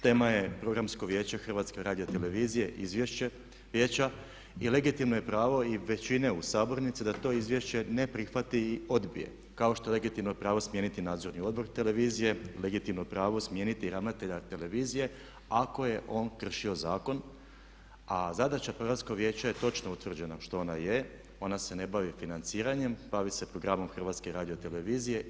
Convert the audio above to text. Tema je Programsko vijeće HRT-a i izvješće vijeća i legitimno je pravo i većine u sabornici da to izvješće ne prihvati i odbije kao što je legitimno pravo smijeniti nadzorni odbor televizije, legitimno pravo smijeniti ravnatelja televizije ako je on kršio zakon, a zadaća programskog vijeća je točno utvrđena što ona je, ona se ne bavi financiranjem, bavi se programom HRT-a.